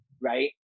right